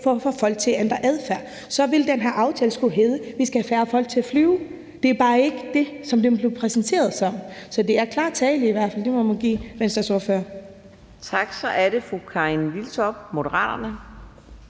for at få folk til at ændre adfærd. Så ville den her aftale skulle have heddet: Vi skal have færre folk til at flyve. Det er bare ikke det, som den blev præsenteret som. Så det er i hvert fald klar tale; det må man give Venstres ordfører.